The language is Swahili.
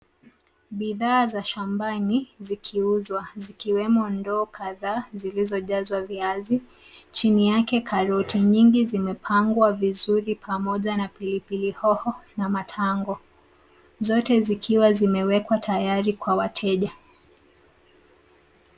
Bidhaa za shambani zikiuzwa zikiwemo ndoo kadhaa zilizojazwa viazi. Chini yake karoti nyingi zimepangwa vizuri pamoja na pilipili hoho na matango, zote zikiwa zimewekwa tayari kwa wateja.